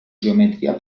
geometria